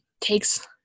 takes